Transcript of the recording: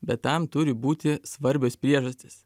bet tam turi būti svarbios priežastys